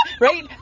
right